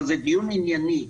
אבל זה דיון ענייני.